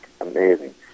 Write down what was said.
amazing